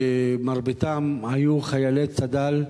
שמרביתם היו חיילי צד"ל,